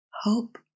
Hope